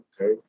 Okay